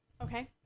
Okay